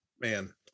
man